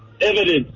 Evidence